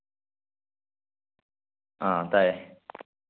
ꯇꯥꯏꯌꯦ